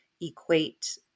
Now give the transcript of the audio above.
equate